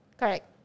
correct